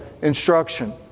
instruction